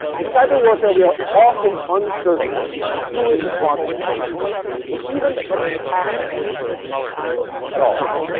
in cyber warfare, we are often uncertain who is responsible for an attack or even whether an attack has occurred at all,